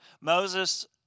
Moses